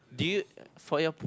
do you for your